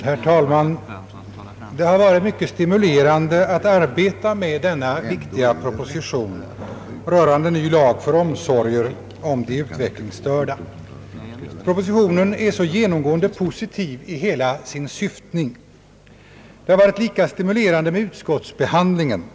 Herr talman! Det har varit mycket stimulerande att arbeta med denna viktiga proposition rörande ny lag för omsorger om de utvecklingsstörda; propositionen är så genomgående positiv i hela sin syftning. Lika stimulerande har utskottsbehandlingen varit.